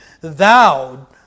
Thou